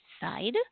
side